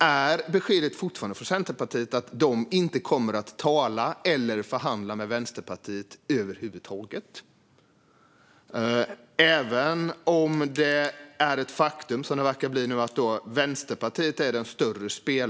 Är beskedet från Centerpartiet fortfarande att ni inte kommer att tala eller förhandla med Vänsterpartiet över huvud taget, även om Vänsterpartiet blir den större spelaren i den nya riksdagen, som det nu verkar bli?